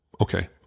okay